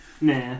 Nah